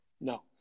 No